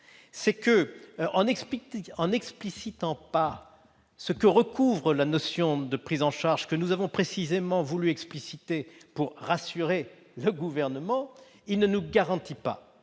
Cependant, en n'explicitant pas ce que recouvre la notion de prise en charge, comme nous avons précisément voulu le faire pour rassurer le Gouvernement, il ne nous garantit pas